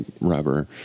rubber